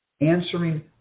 answering